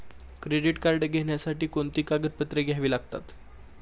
Credit card घेण्यासाठी कोणती कागदपत्रे घ्यावी लागतात?